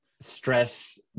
Stress